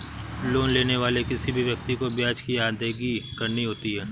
loan लेने वाले किसी भी व्यक्ति को ब्याज की अदायगी करनी होती है